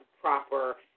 proper